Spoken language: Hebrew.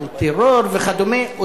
על טרור וכדומה.